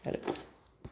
जालें